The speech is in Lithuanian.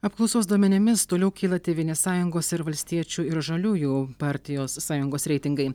apklausos duomenimis toliau kyla tėvynės sąjungos ir valstiečių ir žaliųjų partijos sąjungos reitingai